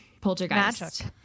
Poltergeist